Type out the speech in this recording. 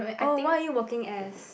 oh what are you working as